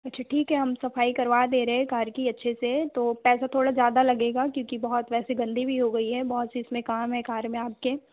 अच्छा ठीक है हम सफ़ाई करवा दे रहे हैं कार की अच्छे से तो पैसा थोड़ा ज़्यादा लगेगा क्योंकि बहुत वैसे गन्दी भी हो गई है बहुत से इसमें काम है कार में आपके